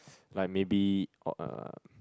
like maybe orh uh